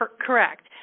Correct